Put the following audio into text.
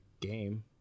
game